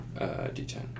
D10